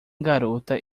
garota